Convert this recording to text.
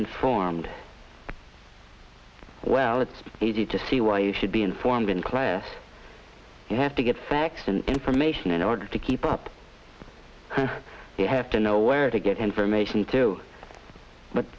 informed well it's easy to see why you should be informed when claire you have to get facts and information in order to keep up you have to know where to get information to but